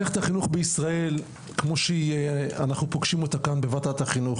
מערכת החינוך בישראל כמו שאנחנו פוגשים אותה כאן בוועדת החינוך,